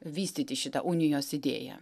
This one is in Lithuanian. vystyti šitą unijos idėją